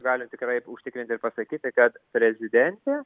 galim tikrai užtikrintai pasakyti kad prezidentė